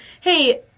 hey